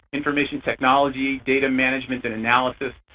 information technology, data management and analysis.